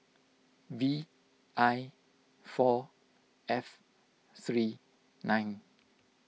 V I four F three nine